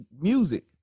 music